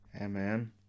amen